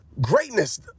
greatness